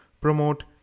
promote